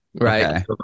Right